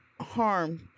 harmed